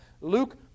Luke